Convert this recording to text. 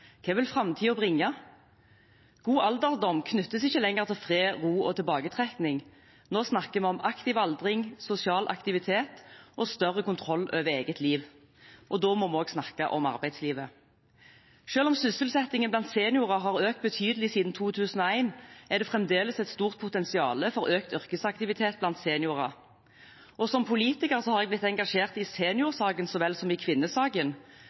Hva vil framtiden bringe? God alderdom knyttes ikke lenger til fred, ro og tilbaketrekking. Nå snakker vi om aktiv aldring, sosial aktivitet og større kontroll over eget liv. Da må vi også snakke om arbeidslivet. Selv om sysselsettingen blant seniorer har økt betydelig siden 2001, er det fremdeles et stort potensial for økt yrkesaktivitet blant seniorer. Som politiker har jeg blitt engasjert i seniorsaken så vel som i kvinnesaken,